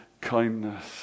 kindness